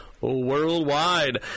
Worldwide